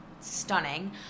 stunning